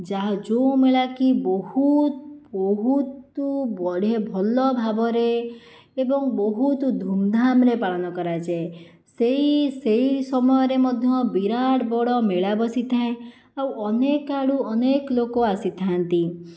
ଯା ଯେଉଁ ମେଳା କି ବହୁତ ବହୁତ ବଢ଼ିଆ ଭଲ ଭାବରେ ଏବଂ ବହୁତ ଧୁମ୍ଧାମ୍ ରେ ପାଳନ କରାଯାଏ ସେଇ ସେଇ ସମୟରେ ମଧ୍ୟ ବିରାଟ ବଡ଼ ମେଳା ବସିଥାଏ ଆଉ ଅନେକ ଆଡ଼ୁ ଅନେକ ଲୋକ ଆସିଥାନ୍ତି